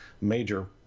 major